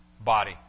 body